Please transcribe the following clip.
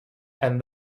and